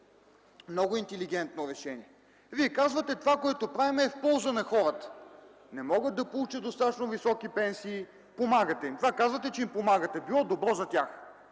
Много интелигентно решение. Вие казвате – това, което правим, е в полза на хората. Не могат да получат достатъчно високи пенсии – помагате им, с това казвате, че им помагате, било добро за тях.